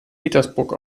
petersburg